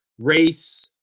race